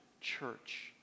church